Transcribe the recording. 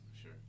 sure